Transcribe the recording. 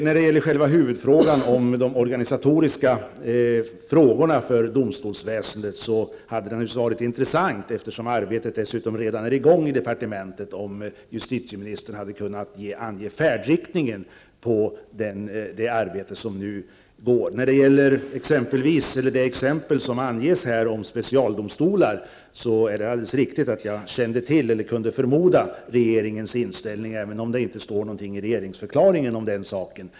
När det gäller själva huvudfrågan, nämlingen domstolsverkets organisation, hade det naturligtvis varit intressant, eftersom arbetet redan är i gång i departementet, om justitieministern hade kunnat ange färdriktningen i det pågående arbetet. När det gäller det exempel om specialdomstolar som här anges, är det alldeles riktigt att jag kände till eller kunde förmoda regeringens inställning, även om det inte står något i regeringsförklaringen om den saken.